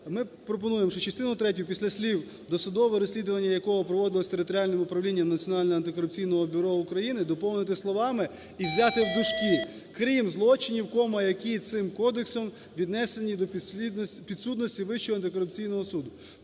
Ми пропонуємо, що частину третю після слів "досудове розслідування, якого проводилося територіальним управлінням Національного антикорупційного бюро України" доповнити словами і взяти в дужки "крім злочинів, (кома) які цим кодексом віднесені до підсудності Вищого антикорупційного суду".